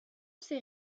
ses